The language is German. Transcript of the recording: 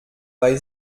bei